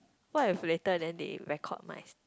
what if later then they record my